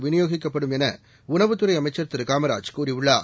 விநியோகிக்கப்படும் என உணவுத்துறை அமைச்சர் திருகாமராஜ் கூறியுள்ளார்